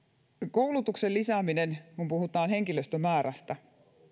koulutuksen lisääminen kun puhutaan henkilöstömäärästä